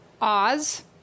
Oz